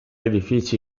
edifici